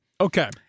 Okay